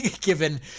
given